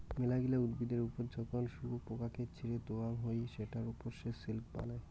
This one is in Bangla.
মেলাগিলা উদ্ভিদের ওপর যখন শুয়োপোকাকে ছেড়ে দেওয়াঙ হই সেটার ওপর সে সিল্ক বানায়